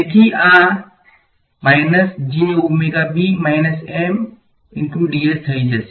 તેથી આ તેથી આ થઈ જશે